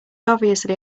obviously